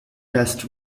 test